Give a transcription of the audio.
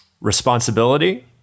responsibility